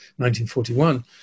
1941